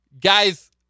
Guys